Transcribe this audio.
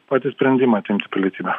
patį sprendimą atimti pilietybę